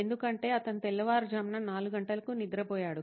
ఎందుకంటే అతను తెల్లవారుజామున 4 గంటలకు నిద్రపోయాడు